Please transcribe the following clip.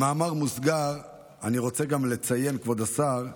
במאמר מוסגר אני רוצה גם לציין, כבוד השר,